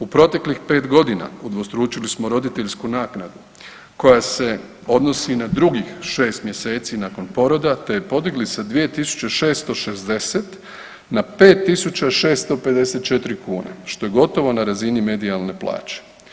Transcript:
U proteklih 5.g. udvostručili smo roditeljsku naknadu koja se odnosi na drugih 6 mjeseci nakon poroda, te podigli sa 2.660 na 5.654 kune, što je gotovo na razini medijalne plaće.